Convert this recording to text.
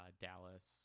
Dallas